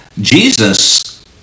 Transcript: Jesus